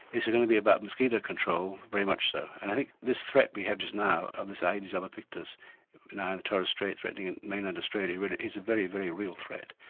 is is going to be about mosquito control, very much so. and i think this threat we have just now of this aedes albopictus now in the torres strait threatening mainland australia is a very, very real threat.